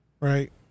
right